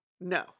No